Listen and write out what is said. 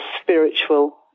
spiritual